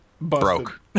broke